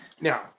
Now